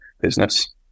business